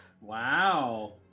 Wow